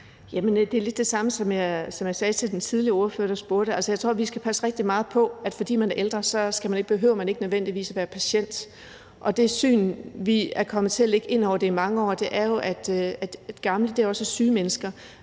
lidt det samme, som jeg sagde til den tidligere ordfører, der spurgte. Jeg tror, vi skal passe rigtig meget på – fordi man er ældre, behøver man ikke nødvendigvis at være patient. Det syn på det, som vi er kommet til at ligge ind over det i mange år, er jo, at gamle mennesker